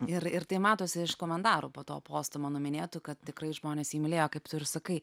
ir ir tai matosi iš komentarų po to posto mano minėto kad tikrai žmonės jį mylėjo kaip tu ir sakai